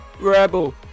REBEL